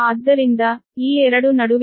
ಆದ್ದರಿಂದ ಈ 2 ನಡುವಿನ ಅಂತರವು ಇಲ್ಲಿಯೂ 0